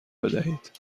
بدهید